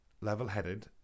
level-headed